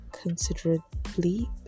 considerably